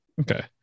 Okay